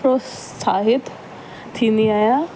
प्रोत्साहित थींदी आहियां